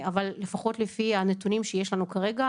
אבל לפחות לפי הנתונים שיש לנו כרגע,